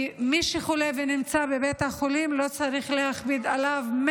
כי מי שחולה ונמצא בבית החולים לא צריך להכביד עליו,